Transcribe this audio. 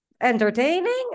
entertaining